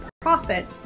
profit